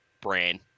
brain